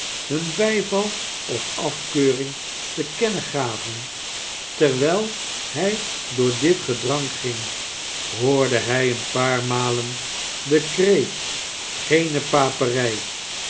hun bijval of afkeuring te kennen gaven terwijl hij door dit gedrang ging hoorde hij een paar malen den kreet geene paperijj